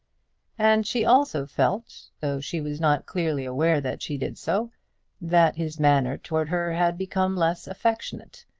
and she also felt though she was not clearly aware that she did so that his manner towards her had become less affectionate,